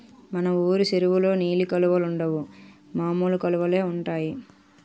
మన వూరు చెరువులో నీలి కలువలుండవు మామూలు కలువలే ఉంటాయి